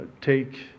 take